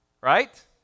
right